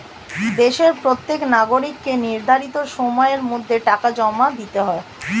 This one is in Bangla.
দেশের প্রত্যেক নাগরিককে নির্ধারিত সময়ের মধ্যে টাকা জমা দিতে হয়